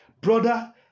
Brother